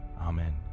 amen